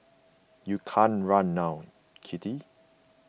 you can't run now kitty